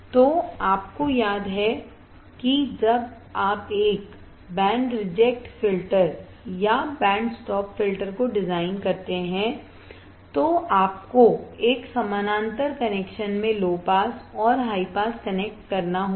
तो आपको याद है कि जब आप एक बैंड रिजेक्ट फ़िल्टर या बैंड स्टॉप फ़िल्टर को डिज़ाइन करते हैं तो आपको एक समानांतर कनेक्शन में लो पास और हाई पास कनेक्ट करना होगा